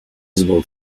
visible